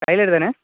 tailor தானே